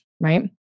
right